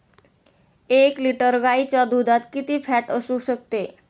एक लिटर गाईच्या दुधात किती फॅट असू शकते?